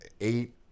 eight